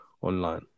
online